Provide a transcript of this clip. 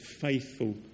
faithful